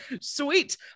Sweet